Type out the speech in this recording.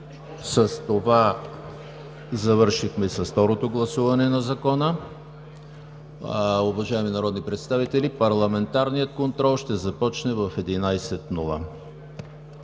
С това завършихме и с второто гласуване на Закона. Уважаеми народни представители, парламентарният контрол ще започне в 11,00